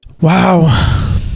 Wow